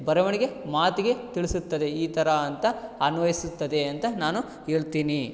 ಬರವಣಿಗೆ ಮಾತಿಗೆ ತಿಳಿಸುತ್ತದೆ ಈ ಥರ ಅಂತ ಅನ್ವಯಿಸುತ್ತದೆ ಅಂತ ನಾನು ಹೇಳ್ತೀನಿ